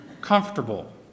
comfortable